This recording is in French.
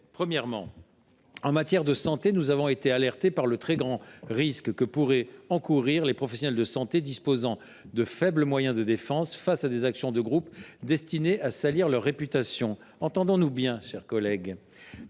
Premièrement, en matière de santé, nous avons été alertés quant au très grand risque que pourraient encourir des professionnels de santé disposant de faibles moyens de défense face à des actions de groupe destinées à salir leur réputation. Entendons nous bien, mes chers collègues :